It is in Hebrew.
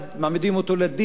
מעמידים אותו לדין,